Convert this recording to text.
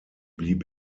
blieb